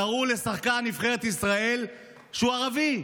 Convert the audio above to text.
קראו לשחקן נבחרת ישראל שהוא ערבי,